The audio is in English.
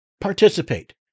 Participate